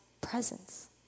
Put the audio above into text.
presence